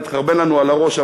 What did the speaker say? תחרבן לנו על הראש,